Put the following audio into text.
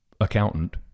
accountant